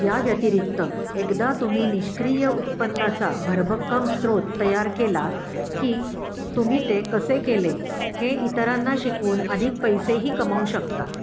या व्यतिरिक्त एकदा तुम्ही निष्क्रिय उत्पन्नाचा भरभक्कम स्त्रोत तयार केला की तुम्ही ते कसे केले हे इतरांना शिकवून अधिक पैसेही कमवू शकता